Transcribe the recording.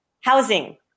housing